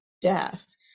death